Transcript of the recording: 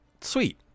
sweet